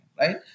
right